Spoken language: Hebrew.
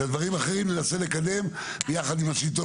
את הדברים האחרים ננסה לקדם יחד עם השלטון